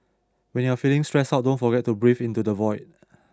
when you are feeling stressed out don't forget to breathe into the void